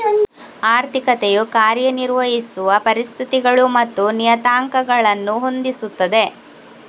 ಆರ್ಥಿಕತೆಯು ಕಾರ್ಯ ನಿರ್ವಹಿಸುವ ಪರಿಸ್ಥಿತಿಗಳು ಮತ್ತು ನಿಯತಾಂಕಗಳನ್ನು ಹೊಂದಿಸುತ್ತದೆ